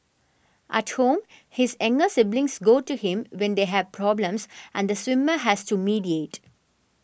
at home his younger siblings go to him when they have problems and the swimmer has to mediate